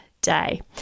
day